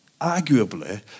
Arguably